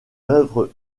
œuvres